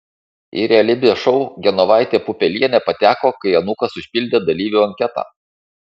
į realybės šou genovaitė pupelienė pateko kai anūkas užpildė dalyvių anketą